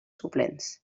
suplents